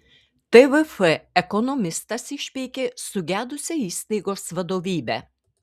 tvf ekonomistas išpeikė sugedusią įstaigos vadovybę